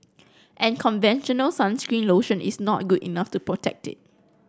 and conventional sunscreen lotion is not good enough to protect it